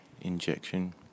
injection